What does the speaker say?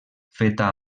feta